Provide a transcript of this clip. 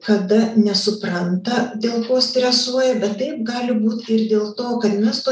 kada nesupranta dėl ko stresuoja bet taip gali būt ir dėl to kad mes to